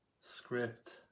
script